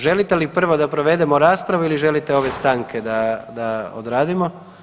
Želite li prvo da provedemo raspravu ili želite ove stanke da odradimo?